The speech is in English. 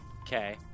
Okay